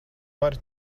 vari